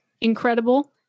incredible